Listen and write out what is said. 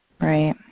Right